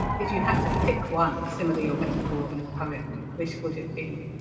if you had to pick one, simile or metaphor, in a poem which would it be?